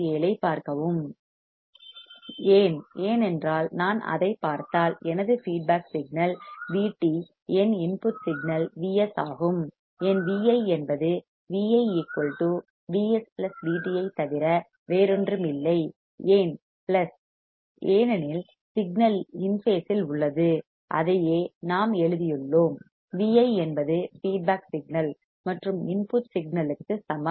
ஏன் ஏனென்றால் நான் அதைப் பார்த்தால் எனது ஃபீட்பேக் சிக்னல் Vt என் இன்புட் சிக்னல் Vs ஆகும் என் Vi என்பது Vi Vs Vt ஐத் தவிர வேறொன்றுமில்லை ஏன் பிளஸ் ஏனெனில் சிக்னல் இன் பேசில் உள்ளது அதையே நாம் எழுதியுள்ளோம் Vi என்பது ஃபீட்பேக் சிக்னல் மற்றும் இன்புட் சிக்னல்க்கு சமம்